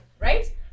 Right